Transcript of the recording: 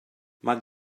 mae